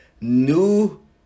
new